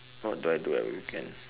what do I do at weekend